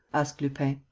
asked lupin.